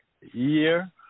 year